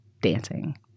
dancing